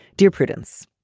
dear prudence,